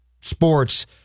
sports